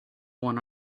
one